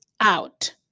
out